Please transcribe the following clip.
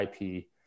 IP